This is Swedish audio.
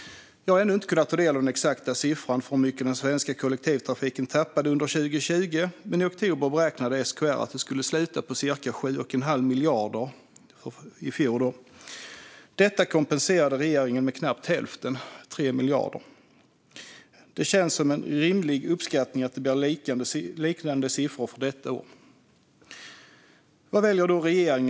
Jag har ännu inte kunnat ta del av den exakta siffran över hur mycket den svenska kollektivtrafiken tappade under 2020, men i oktober beräknade SKR att det för i fjol skulle sluta på cirka 7 1⁄2 miljard. Detta kompenserade regeringen med knappt hälften, 3 miljarder. Det känns som en rimlig uppskattning att siffrorna för detta år blir liknande. Vad väljer då regeringen att göra för att hjälpa till?